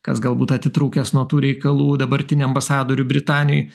kas galbūt atitrūkęs nuo tų reikalų dabartinį ambasadorių britanijoj